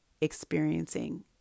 experiencing